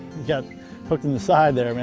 got him hooked in the side there, man.